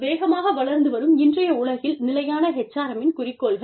வேகமாக வளர்ந்து வரும் இன்றைய உலகில் நிலையான HRM இன் குறிக்கோள்கள் ஆகும்